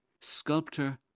sculptor